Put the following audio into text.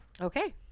Okay